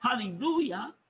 hallelujah